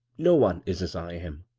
no one is as i am.